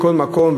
בכל מקום,